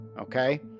okay